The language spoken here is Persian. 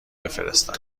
بفرستم